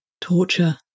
torture